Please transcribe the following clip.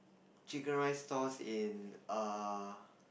chicken rice stalls in uh